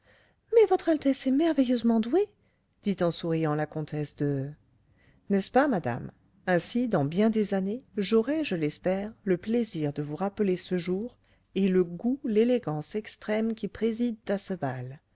mais votre altesse est merveilleusement douée dit en souriant la comtesse de n'est-ce pas madame ainsi dans bien des années j'aurai je l'espère le plaisir de vous rappeler ce jour et le goût l'élégance extrêmes qui président à